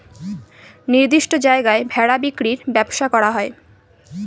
নির্দিষ্ট জায়গায় ভেড়া বিক্রির ব্যবসা করা হয়